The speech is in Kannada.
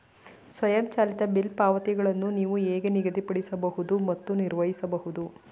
ಸ್ವಯಂಚಾಲಿತ ಬಿಲ್ ಪಾವತಿಗಳನ್ನು ನೀವು ಹೇಗೆ ನಿಗದಿಪಡಿಸಬಹುದು ಮತ್ತು ನಿರ್ವಹಿಸಬಹುದು?